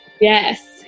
Yes